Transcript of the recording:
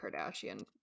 Kardashian